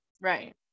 right